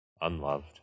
unloved